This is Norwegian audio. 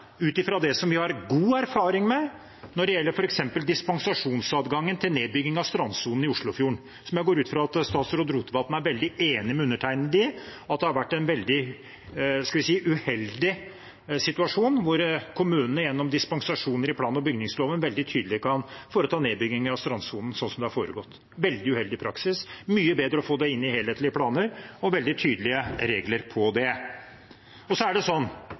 ut fra det vi har god erfaring med når det gjelder f.eks. dispensasjonsadgangen til nedbygging av strandsonen langs Oslofjorden. Jeg går ut fra at statsråd Rotevatn er veldig enig med undertegnede i at det har vært en veldig uheldig situasjon, hvor kommunene gjennom dispensasjoner fra plan- og bygningsloven veldig tydelig kan foreta nedbygging av strandsonen, sånn som det har foregått. Det er en veldig uheldig praksis. Det er mye bedre å få det inn i helhetlige planer og ha veldig tydelige regler om det.